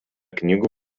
knygų